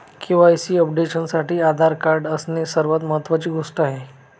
KYC अपडेशनसाठी Aadhaar card असणे सर्वात महत्वाची गोष्ट आहे